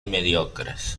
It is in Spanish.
mediocres